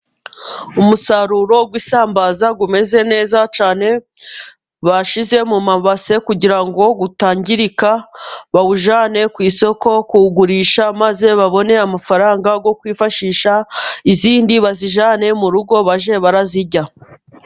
Umusaruro w'isambaza umeze neza cyane bashyize mu mabase kugira ngo utangirika, bawujyane ku isoko kuwugurisha maze babone amafaranga yo kwifashisha. Izindi bazijyane mu rugo bajye bazirya.